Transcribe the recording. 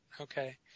Okay